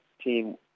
team